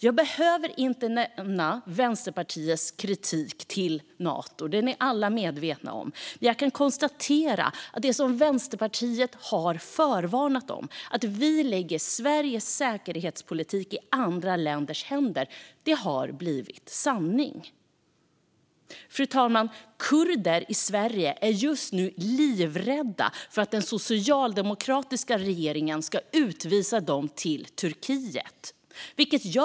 Jag behöver inte nämna Vänsterpartiets kritik mot Nato; den är alla medvetna om. Men jag kan konstatera att det som Vänsterpartiet har förvarnat om, nämligen att vi lägger Sveriges säkerhetspolitik i andra länders händer, har blivit sanning. Fru talman! Kurder i Sverige är just nu livrädda för att den socialdemokratiska regeringen ska utvisa dem till Turkiet.